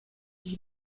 ich